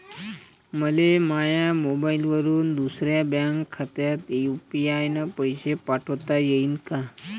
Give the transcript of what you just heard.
मले माह्या मोबाईलवरून दुसऱ्या बँक खात्यात यू.पी.आय न पैसे पाठोता येईन काय?